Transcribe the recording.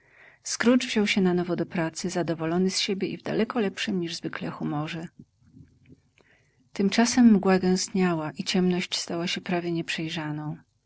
scrooge wziął się na nowo do pracy zadowolony z siebie i w daleko lepszym niż zwykle humorze tymczasem mgła gęstniała i ciemność stała się prawie